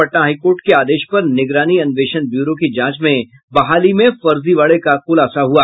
Patna high court के आदेश पर निगरानी अन्वेंषण ब्यूरो की जांच में बहाली में फर्जीबाड़े का खुलासा हुआ